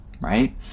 right